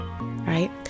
right